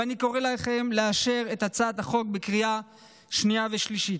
ואני קורא לכם לאשר את הצעת החוק בקריאה השנייה והשלישית.